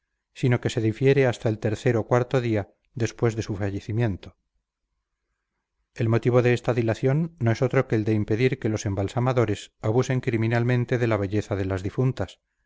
sino que se difiere hasta el tercero o cuarto día después de su fallecimiento el motivo de esta dilación no es otro que el de impedir que los embalsamadores abusen criminalmente de la belleza de las difuntas